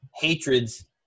hatreds